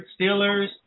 Steelers